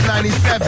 97